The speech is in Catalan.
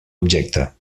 objecte